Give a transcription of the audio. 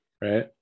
right